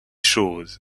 choses